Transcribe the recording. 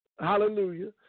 Hallelujah